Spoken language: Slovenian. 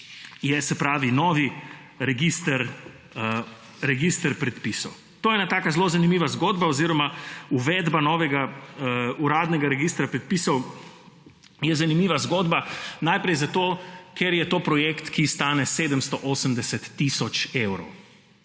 že slišali, novi register predpisov. To je ena taka zelo zanimiva zgodba oziroma uvedba novega uradnega registra predpisov je zanimiva zgodba najprej zato, ker je to projekt, ki stane 780 tisoč evrov,